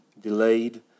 delayed